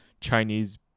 chinese